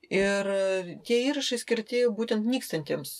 ir tie įrašai skirti būtent nykstantiems